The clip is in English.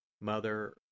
Mother